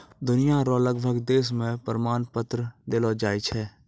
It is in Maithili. दुनिया रो लगभग देश मे प्रमाण पत्र देलो जाय छै